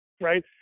Right